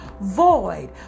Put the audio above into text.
void